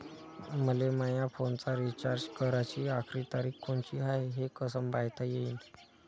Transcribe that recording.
मले माया फोनचा रिचार्ज कराची आखरी तारीख कोनची हाय, हे कस पायता येईन?